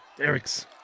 Eric's